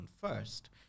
first